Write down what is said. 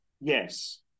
Yes